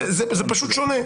זה פשוט שונה.